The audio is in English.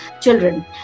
children